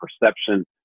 perception